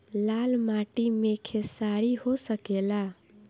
लाल माटी मे खेसारी हो सकेला?